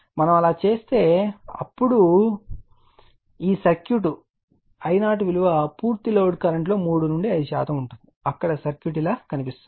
మనము అలా చేస్తే అప్పుడు ఈ సర్క్యూట్ I0 విలువ పూర్తి లోడ్ కరెంట్లో 3 నుండి 5 శాతం ఉంటుంది అక్కడ సర్క్యూట్ ఇలా కనిపిస్తుంది